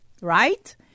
Right